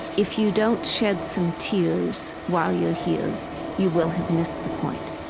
if you don't shed some tears while you're here you will have missed the point.